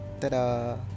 Ta-da